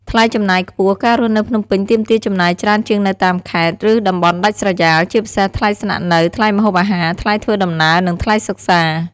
ថ្លៃចំណាយខ្ពស់ ការរស់នៅភ្នំពេញទាមទារចំណាយច្រើនជាងនៅតាមខេត្ត ឬតំបន់ដាច់ស្រយាល ជាពិសេសថ្លៃស្នាក់នៅ ថ្លៃម្ហូបអាហារ ថ្លៃធ្វើដំណើរ និងថ្លៃសិក្សា។